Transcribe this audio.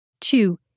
Two